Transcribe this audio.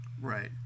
Right